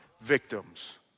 victims